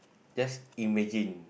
just imagine